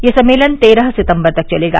यह सम्मेलन तेरह सितम्बर तक चलेगा